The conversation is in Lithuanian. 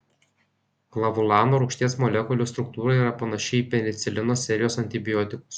klavulano rūgšties molekulių struktūra yra panaši į penicilino serijos antibiotikus